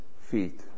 feet